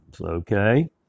Okay